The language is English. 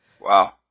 Wow